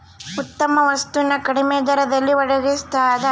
ಉತ್ತಮ ವಸ್ತು ನ ಕಡಿಮೆ ದರದಲ್ಲಿ ಒಡಗಿಸ್ತಾದ